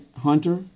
Hunter